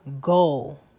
goal